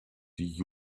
die